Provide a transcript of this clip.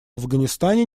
афганистане